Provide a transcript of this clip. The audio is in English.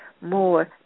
more